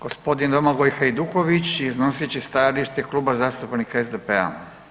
Gospodin Domagoj Hajduković iznosit će stajalište Kluba zastupnika SDP-a.